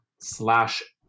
slash